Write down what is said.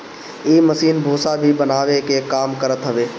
इ मशीन भूसा भी बनावे के काम करत हवे